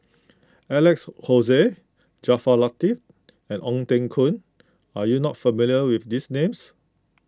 Alex Josey Jaafar Latiff and Ong Teng Koon are you not familiar with these names